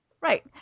Right